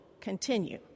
continue